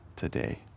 today